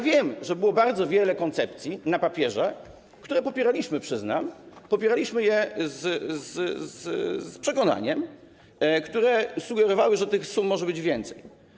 Wiem, że było bardzo wiele koncepcji na papierze, które popieraliśmy, przyznam, popieraliśmy je z przekonaniem, które sugerowały, że tych sum może być więcej.